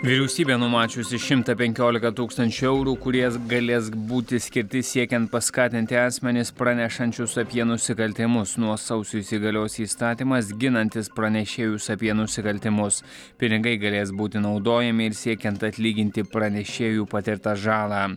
vyriausybė numačiusi šimtą penkiolika tūkstančių eurų kurie galės būti skirti siekiant paskatinti asmenis pranešančius apie nusikaltimus nuo sausio įsigalios įstatymas ginantis pranešėjus apie nusikaltimus pinigai galės būti naudojami ir siekiant atlyginti pranešėjų patirtą žalą